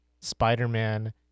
Spider-Man